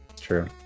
True